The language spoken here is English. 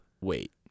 wait